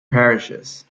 parishes